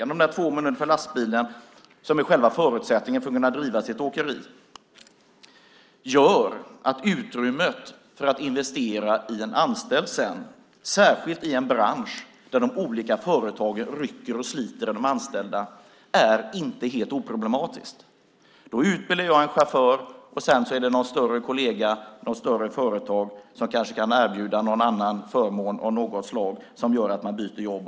De 2 miljonerna för lastbilen, som ju är själva förutsättningen för att kunna driva ett åkeri, gör att utrymmet för att investera i en anställd sedan, särskilt i en bransch där de olika företagen rycker och sliter i de anställda, inte är helt oproblematiskt. Då utbildar jag en chaufför, och sedan kan det vara en större kollega, ett större företag, som kanske kan erbjuda någon förmån av något slag som gör att chauffören byter jobb.